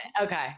Okay